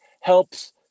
helps